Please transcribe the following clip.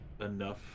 enough